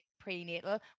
prenatal